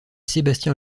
sébastien